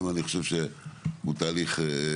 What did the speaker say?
אני רק אגיד שאנחנו בדיוק רצינו לייצר את המדרג הזה,